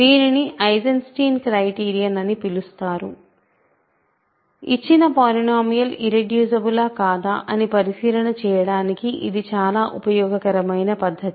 దీనిని Eisenstein criterion అని పిలుస్తారు ఇచ్చిన పాలినోమియల్ ఇర్రెడ్యూసిబులా కాదా అని పరిశీలన చేయడానికి ఇది చాలా ఉపయోగకరమైన పద్ధతి